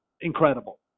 incredible